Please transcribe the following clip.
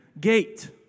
gate